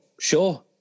sure